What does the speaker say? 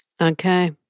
Okay